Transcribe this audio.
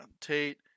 Tate